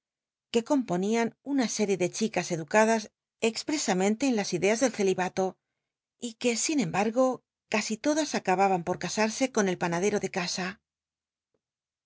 que coro ponian una série de chicas educadas expresamente en las ideas del celibato y que sin embargo casi todas acababan por casarse con el panadero de casa